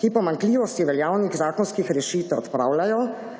ki pomanjkljivosti veljavnih zakonskih rešitev odpravljajo